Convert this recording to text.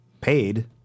paid